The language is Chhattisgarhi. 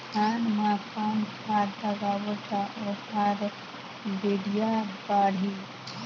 धान मा कौन खाद लगाबो ता ओहार बेडिया बाणही?